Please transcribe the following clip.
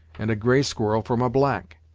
and a gray squirrel from a black.